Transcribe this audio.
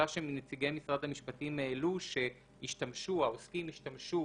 החשש שנציגי משרד המשפטים העלו, שהעוסקים ישתמשו